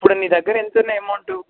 ఇప్పుడు నీ దగ్గర ఎంతున్నాయి ఎమౌంటు